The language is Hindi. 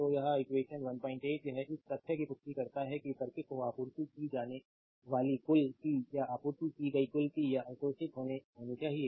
तो यह एक्वेशन 18 यह इस तथ्य की पुष्टि करता है कि सर्किट को आपूर्ति की जाने वाली कुल पी या आपूर्ति की गई कुल पी या अवशोषित होनी चाहिए